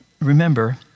Remember